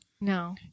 No